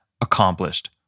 accomplished